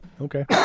okay